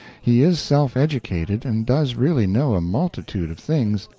he is self-educated, and does really know a multitude of things,